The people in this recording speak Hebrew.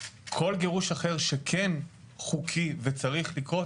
כל גירוש אחר שכן חוקי וצריך לקרות,